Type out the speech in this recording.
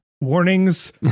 warnings